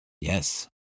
Yes